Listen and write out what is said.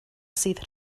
sydd